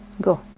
Go